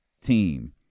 team